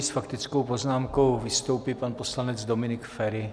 S faktickou poznámkou vystoupí pan poslanec Dominik Feri.